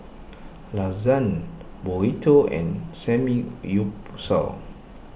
Lasagne Burrito and Samgyeopsal